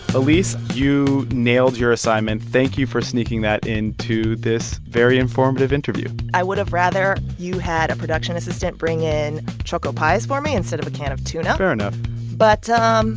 elise, you nailed your assignment. thank you for sneaking that into this very informative interview i would've rather you had a production assistant bring in choco pies for me instead of a can of tuna fair enough but um